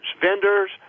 Vendors